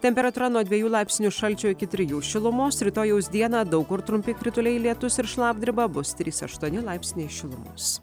temperatūra nuo dviejų laipsnių šalčio iki trijų šilumos rytojaus dieną daug kur trumpi krituliai lietus ir šlapdriba bus trys aštuoni laipsniai šilumos